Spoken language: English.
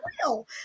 real